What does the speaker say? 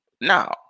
Now